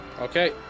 Okay